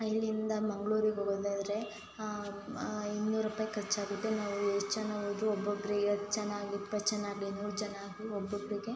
ಇಲ್ಲಿಂದ ಮಂಗ್ಳೂರಿಗೆ ಹೋಗೋದಾದರೆ ಇನ್ನೂರು ರೂಪಾಯಿ ಖರ್ಚಾಗುತ್ತೆ ನಾವು ಎಷ್ಟು ಜನ ಹೋದ್ರೂ ಒಬ್ಬೊಬ್ಬರಿಗೆ ಹತ್ತು ಜನ ಆಗಲಿ ಇಪ್ಪತ್ತು ಜನ ಆಗಲಿ ಮೂವತ್ತು ಜನ ಆಗಲಿ ಒಬ್ಬೊಬ್ಬರಿಗೆ